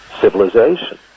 civilization